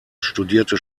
studierte